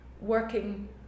working